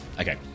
Okay